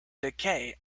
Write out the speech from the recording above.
decay